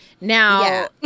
Now